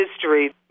history